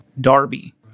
Darby